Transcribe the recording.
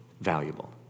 valuable